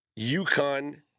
UConn